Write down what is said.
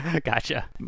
gotcha